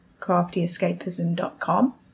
craftyescapism.com